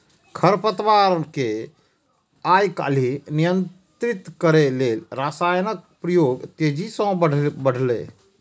खरपतवार कें आइकाल्हि नियंत्रित करै लेल रसायनक प्रयोग तेजी सं बढ़लैए